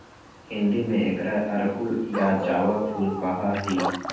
हिंदी में एकरा अड़हुल या जावा फुल कहा ही